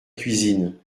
cuisine